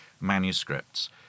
manuscripts